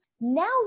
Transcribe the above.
now